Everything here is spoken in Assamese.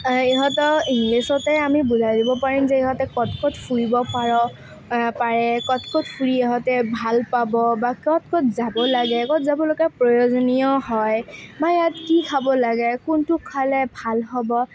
ইহঁতক ইংলিছতে আমি বুজাই দিব পাৰিম যে সিহঁতে ক'ত ক'ত ফুৰিব পাৰ' পাৰে ক'ত ক'ত ফুৰি সিহঁতে ভাল পাব বা ক'ত ক'ত যাব লাগে ক'ত যাব লগা প্ৰয়োজনীয় হয় মই ইয়াত কি খাব লাগে কোনটো খালে ভাল হ'ব